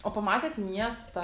o pamatėt miestą